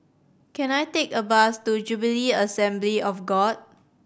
can I take a bus to Jubilee Assembly of God